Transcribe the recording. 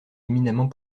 éminemment